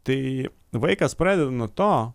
tai vaikas pradeda nuo to